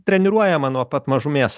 treniruojama nuo pat mažumės